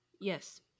Yes